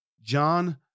John